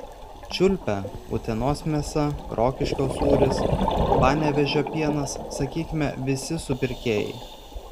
čiulpia utenos mėsa rokiškio sūris panevėžio pienas sakykime visi supirkėjai